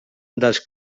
dels